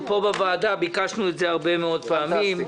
בוועדה ביקשנו את זה הרבה מאוד פעמים.